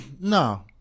No